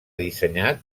dissenyat